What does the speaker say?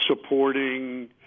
supporting